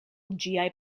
ĝiaj